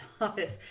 office